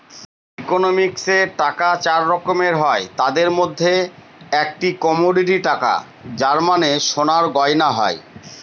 ইকোনমিক্সে টাকা চার রকমের হয় তাদের মধ্যে একটি কমোডিটি টাকা যার মানে সোনার গয়না হয়